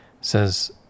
says